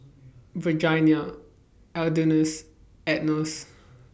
Virginia Elida and Enos